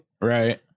Right